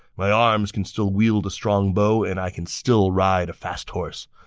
my arms can still wield a strong bow, and i can still ride a fast horse.